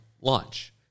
launch